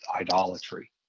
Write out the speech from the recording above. idolatry